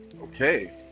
Okay